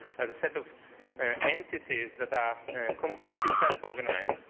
as a set of entities that are completely self-organized,